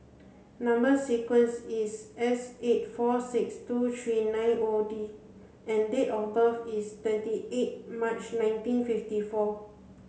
number sequence is S eight four six two three nine O D and date of birth is twenty eight March nineteen fifty four